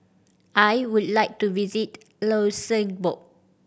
I would like to visit Luxembourg